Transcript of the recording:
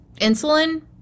insulin